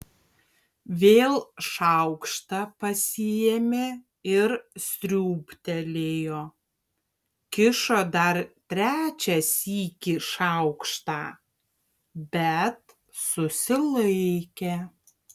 vėl šaukštą pasiėmė ir sriūbtelėjo kišo dar trečią sykį šaukštą bet susilaikė